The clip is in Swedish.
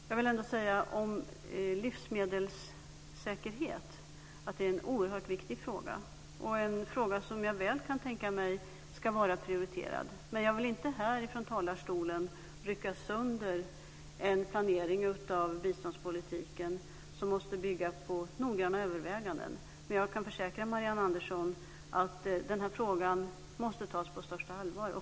Jag vill säga om livsmedelssäkerhet att det är en oerhört viktig fråga, och en fråga som jag väl kan tänka mig ska vara prioriterad, men jag vill inte här ifrån talarstolen rycka sönder en planering av biståndspolitiken som måste bygga på noggranna överväganden. Men jag kan försäkra Marianne Andersson att den här frågan måste tas på största allvar.